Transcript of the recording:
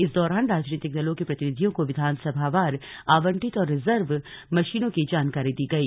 इस दौरान राजनीतिक दलों के प्रतिनिधियों को विधानसभावार आवंटित और रिर्जव मशीनों की जानकारी दी गई